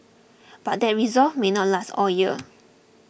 but that resolve may not last all year